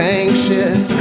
anxious